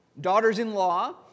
Daughters-in-law